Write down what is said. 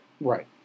Right